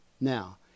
now